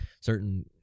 certain